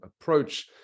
approach